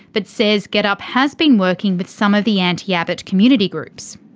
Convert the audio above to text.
but says getup has been working with some of the anti-abbott community groups.